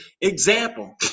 example